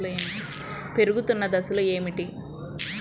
పెరుగుతున్న దశలు ఏమిటి?